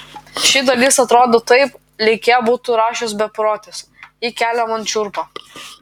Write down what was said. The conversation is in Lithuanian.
ši dalis atrodo taip lyg ją būtų rašęs beprotis ji kelia man šiurpą